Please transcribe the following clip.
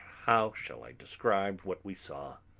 how shall i describe what we saw?